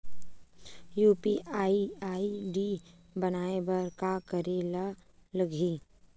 UPI ID बनाये बर का करे ल लगही?